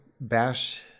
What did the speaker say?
Bash